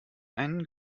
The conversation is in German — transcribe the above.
ein